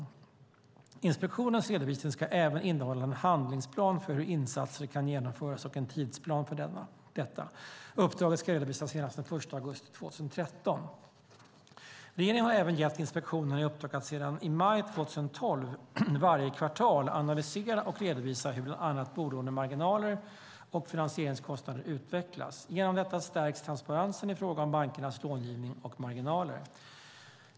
Finansinspektionens redovisning ska även innehålla en handlingsplan för hur insatser kan genomföras och en tidsplan för detta. Uppdraget ska redovisas senast den 1 augusti 2013. Regeringen har även gett Finansinspektionen i uppdrag att sedan i maj 2012 varje kvartal analysera och redovisa hur bland annat bolånemarginaler och finansieringskostnader utvecklas. Genom detta stärks transparensen i fråga om bankernas långivning och marginaler.